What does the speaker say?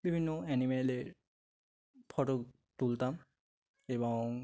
বিভিন্ন অ্যানিম্যালের ফটো তুলতাম এবং